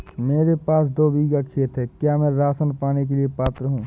मेरे पास दो बीघा खेत है क्या मैं राशन पाने के लिए पात्र हूँ?